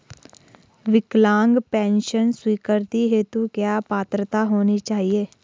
विकलांग पेंशन स्वीकृति हेतु क्या पात्रता होनी चाहिये?